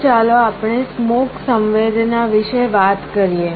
આગળ ચાલો આપણે સ્મોક સંવેદના વિશે વાત કરીએ